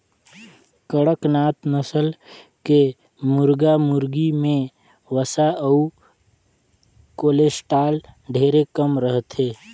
कड़कनाथ नसल के मुरगा मुरगी में वसा अउ कोलेस्टाल ढेरे कम रहथे